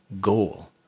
goal